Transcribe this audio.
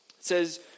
says